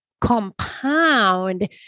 compound